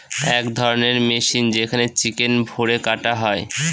এক ধরণের মেশিন যেখানে চিকেন ভোরে কাটা হয়